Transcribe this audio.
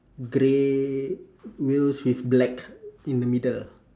grey wheels with black in the middle